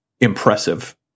impressive